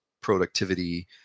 productivity